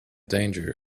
danger